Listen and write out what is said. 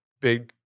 big